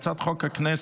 הצעת חוק הרשויות